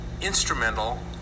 instrumental